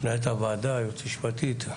מנהלת הוועדה, יועצת משפטית.